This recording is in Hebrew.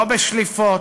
לא בשליפות,